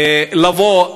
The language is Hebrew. לבוא.